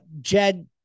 Jed